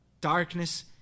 darkness